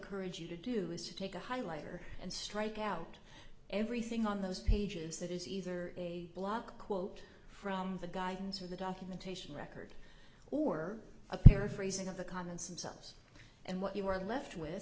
encourage you to do is to take a highlighter and strike out everything on those pages that is either a block quote from the guidance or the documentation record or a paraphrasing of the comments and selves and what you are left with